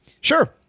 Sure